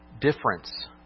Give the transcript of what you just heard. difference